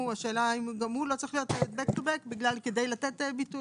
השאלה אם גם הוא לא צריך להיות Back to back כדי לתת ביטוי.